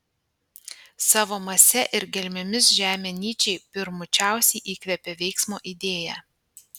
savo mase ir gelmėmis žemė nyčei pirmučiausiai įkvepia veiksmo idėją